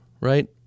Right